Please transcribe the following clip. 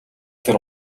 дээр